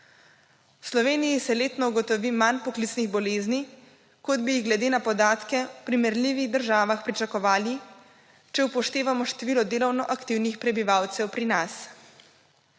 V Sloveniji se letno ugotovi manj poklicnih bolezni, kot bi jih glede na podatke v primerljivih državah pričakovali, če upoštevamo število delovno aktivnih prebivalcev pri nas.